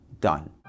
done